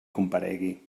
comparegui